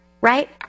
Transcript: Right